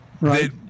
Right